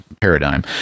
paradigm